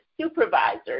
supervisors